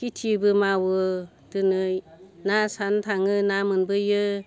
खिथिबो मावनाङो ना सारनो थाङो ना मोनबोयो